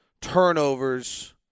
turnovers